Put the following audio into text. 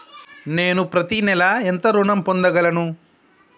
నేను పత్తి నెల ఎంత ఋణం పొందగలను?